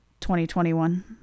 2021